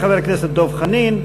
חבר הכנסת דב חנין,